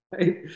right